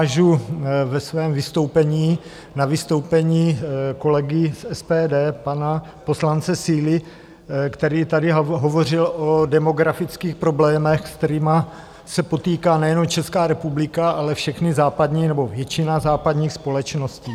Navážu ve svém vystoupení na vystoupení kolegy z SPD, pana poslance Síly, který tady hovořil o demografických problémech, s kterými se potýká nejenom Česká republika, ale všechny západní nebo většina západních společností.